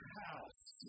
house